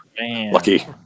lucky